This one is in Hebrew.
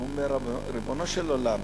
הוא אומר: ריבונו של עולם,